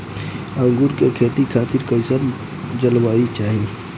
अंगूर के खेती खातिर कइसन जलवायु चाही?